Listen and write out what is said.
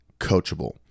coachable